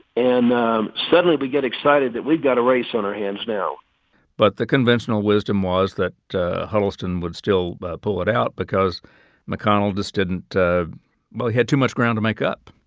and suddenly, we get excited that we've got a race on our hands now but the conventional wisdom was that huddleston would still pull it out because mcconnell just didn't well, he had too much ground to make up